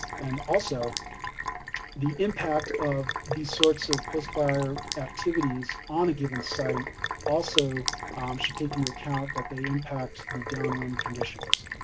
and also the impact of these sorts of post-fire activities on a given site also should take into account that they impact the downwind conditions.